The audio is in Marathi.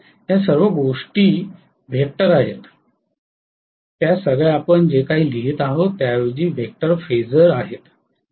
या सर्व गोष्टी वेक्टर आहेत त्या सगळ्या आपण जे काही लिहित आहोत त्याऐवजी वेक्टर फेझर आहेत